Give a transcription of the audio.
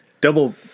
Double